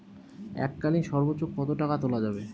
এককালীন সর্বোচ্চ কত টাকা তোলা যাবে?